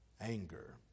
anger